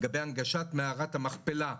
לגבי הנגשת מערת המכפלה,